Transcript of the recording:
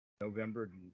November